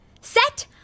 Set